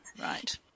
right